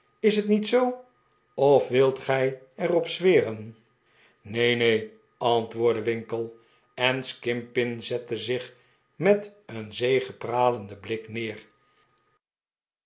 is het niet zoo of wilt gij er op zweren neen neenl antwoordde winkle en skimpin zette zich met een zegepralenden blik neer